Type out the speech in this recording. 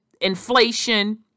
inflation